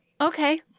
Okay